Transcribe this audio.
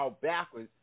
backwards